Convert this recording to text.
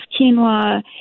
quinoa